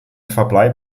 verbleib